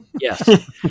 Yes